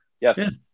Yes